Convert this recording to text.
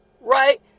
Right